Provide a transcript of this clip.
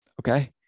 Okay